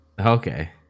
okay